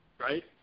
right